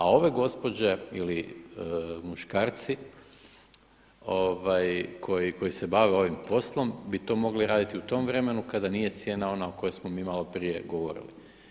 A ove gospođe ili muškarci koji se bave ovim poslom bi to mogli raditi u tom vremenu kada nije cijena ona o kojoj smo mi malo prije govorili.